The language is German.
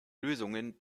lösungen